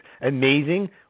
amazing